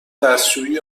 دستشویی